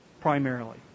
primarily